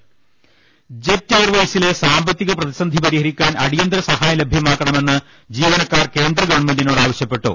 ക്ല പ്ര ജെറ്റ് എയർവെയ്സിലെ സാമ്പത്തിക പ്രതിസന്ധി പരിഹരി ക്കാൻ അടിയന്തര സഹായം ലഭ്യമാക്കണമെന്ന് ജീവനക്കാർ കേന്ദ്ര ഗവൺമെന്റിനോട് ആവശ്യപ്പെട്ടു